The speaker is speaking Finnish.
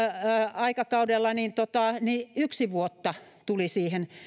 aikakaudella oli että yksi vuosi tuli siihen